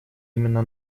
именно